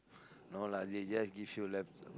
no lah they just give you lap